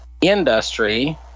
industry